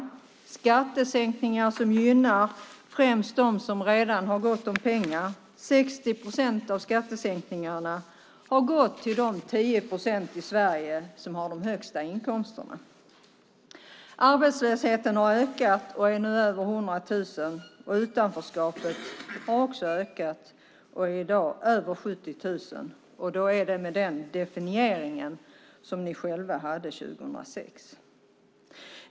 Det är skattesänkningar som främst gynnar dem som redan har gott om pengar - 60 procent av skattesänkningarna har gått till de 10 procent i Sverige som har de högsta inkomsterna. Arbetslösheten har ökat och är nu över 100 000. Utanförskapet har också ökat och är i dag över 70 000 med den definiering som ni själva hade 2006.